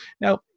now